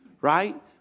Right